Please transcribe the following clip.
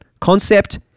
concept